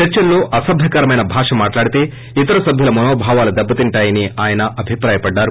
చర్చల్లో ్అసభ్యకరమైన భాష మాట్లాడితే ఇతర సభ్యుల మనోభావాలు దెబ్బతింటాయని ఆయన అభిప్రాయపడ్డారు